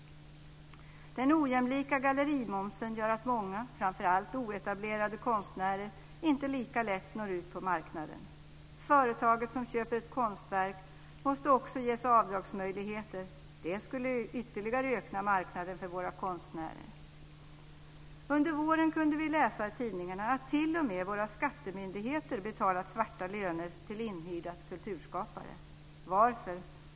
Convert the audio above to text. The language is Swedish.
Den ojämlika gallerimomsen gör att många, framför allt oetablerade konstnärer, inte lika lätt når ut på marknaden. Företaget som köper ett konstverk måste också ges avdragsmöjligheter. Det skulle ytterligare öka marknaden för våra konstnärer. Under våren kunde vi läsa i tidningarna att t.o.m. våra skattemyndigheter betalat svarta löner till inhyrda kulturskapare. Varför?